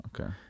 Okay